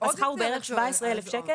השכר הוא בערך 17 אלף שקל.